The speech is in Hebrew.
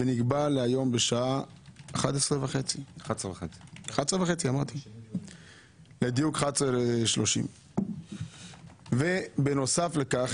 ונקבע להיום בשעה 11:30. בנוסף לכך,